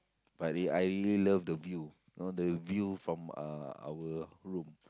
but really I really love the view you know the view from uh our room